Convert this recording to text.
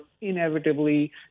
inevitably